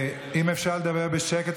אם אפשר לדבר בשקט,